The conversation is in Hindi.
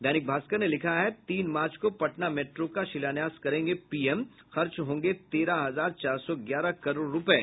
दैनिक भास्कर ने लिखा है तीन मार्च को पटना मेट्रो का शिलान्यास करेंगे पीएम खर्च होंगे तेरह हजार चार सौ ग्यारह करोड़ रूपये